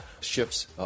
ships